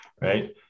right